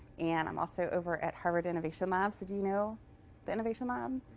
and i'm also over at harvard innovation labs. do you know the innovation lab?